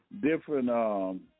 different